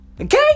Okay